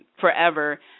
forever